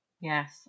Yes